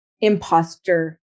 imposter